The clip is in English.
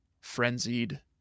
frenzied